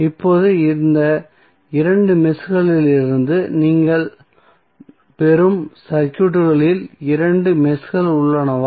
இப்போது இந்த இரண்டு மெஷ்களிலிருந்து நாங்கள் பெறும் சர்க்யூட்களில் இரண்டு மெஷ்கள் உள்ளனவா